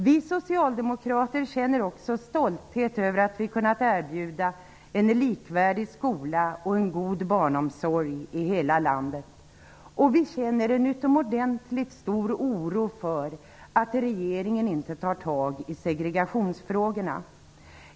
Vi socialdemokrater känner också stolthet över att vi har kunnat erbjuda en likvärdig skola och en god barnomsorg i hela landet, och vi känner en utomordentligt stor oro för att regeringen inte tar tag i segregationsfrågorna.